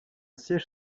siège